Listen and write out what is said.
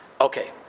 Okay